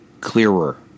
clearer